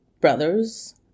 brothers